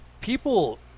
people